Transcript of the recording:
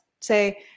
say